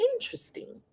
interesting